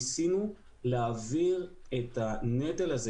ניסינו להעביר את הנטל הזה,